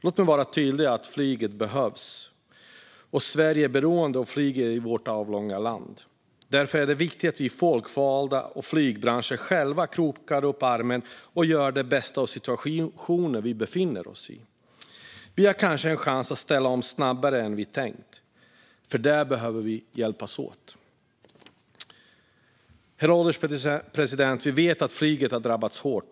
Låt mig vara tydlig med att flyget behövs och att Sverige, som är ett avlångt land, är beroende av flyget. Därför är det viktigt att vi folkvalda och flygbranschen själva krokar arm och gör det bästa av den situation vi befinner oss i. Vi har kanske en chans att ställa om snabbare än vi tänkt. För detta behöver vi hjälpas åt. Herr ålderspresident! Vi vet att flyget har drabbats hårt.